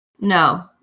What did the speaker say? no